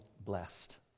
blessed